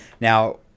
Now